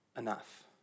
enough